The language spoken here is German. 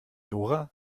dora